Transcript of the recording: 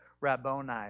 Rabboni